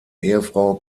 ehefrau